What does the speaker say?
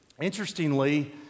Interestingly